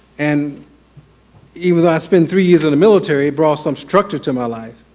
and even though i spent three years in the military, it brought some structure to my life.